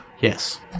Yes